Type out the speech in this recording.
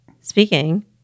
speaking